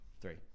Three